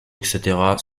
etc